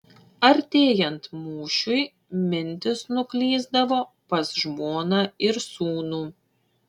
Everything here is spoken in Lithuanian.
artėjant mūšiui mintys nuklysdavo pas žmoną ir sūnų